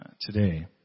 today